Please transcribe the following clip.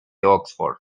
oxford